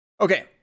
Okay